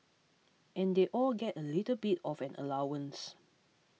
and they all get a little bit of an allowance